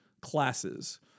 classes